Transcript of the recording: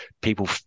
people